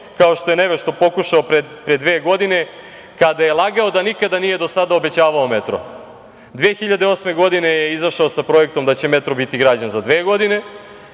kao što je nevešto pokušao pre dve godine kada je lagao da nikada nije do sada obećavao metro. Godine 2008. je izašao sa projektom da će metro biti građen za dve godine.